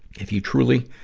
if you truly,